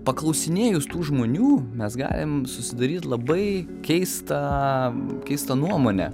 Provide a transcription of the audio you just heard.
paklausinėjus tų žmonių mes galim susidaryt labai keistą keistą nuomonę